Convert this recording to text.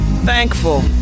Thankful